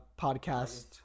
podcast